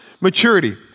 maturity